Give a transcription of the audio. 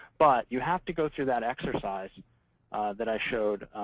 but you have to go through that exercise that i showed,